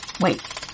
Wait